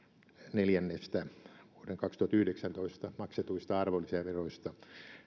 neljännestä vuoden kaksituhattayhdeksäntoista maksetuista arvonlisäveroista